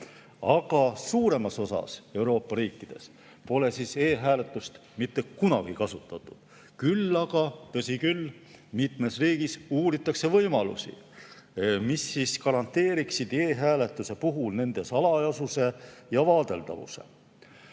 Aga suuremas osas Euroopa riikides pole e‑hääletust mitte kunagi kasutatud. Küll aga, tõsi küll, mitmes riigis uuritakse võimalusi, mis garanteeriksid e‑hääletuse salajasuse ja vaadeldavuse. Meile